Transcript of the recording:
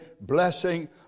blessing